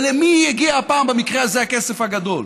למי הגיע הפעם, במקרה הזה, הכסף הגדול?